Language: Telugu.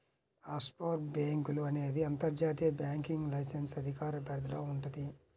ఆఫ్షోర్ బ్యేంకులు అనేది అంతర్జాతీయ బ్యాంకింగ్ లైసెన్స్ అధికార పరిధిలో వుంటది